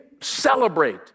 celebrate